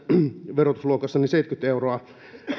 verotusluokassa kuitenkin seitsemänkymmentä euroa